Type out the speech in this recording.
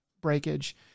breakage